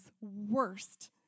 worst